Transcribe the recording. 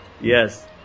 Yes